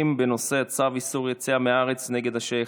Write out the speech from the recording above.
בנושא: צו איסור יציאה מהארץ נגד השייח'